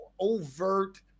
overt